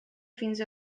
fins